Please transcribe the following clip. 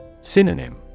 Synonym